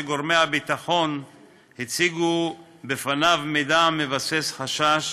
לאחר שגורמי הביטחון הציגו בפניו מידע המבסס חשש